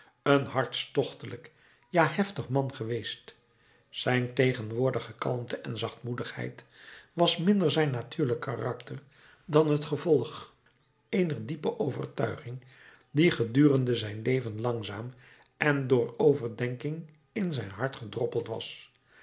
een hartstochtelijk ja heftig man geweest zijn tegenwoordige kalmte en zachtmoedigheid was minder zijn natuurlijk karakter dan het gevolg eener diepe overtuiging die gedurende zijn leven langzaam en door overdenking in zijn hart gedroppeld was